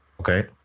Okay